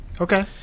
Okay